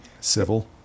Civil